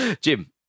Jim